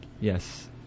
Yes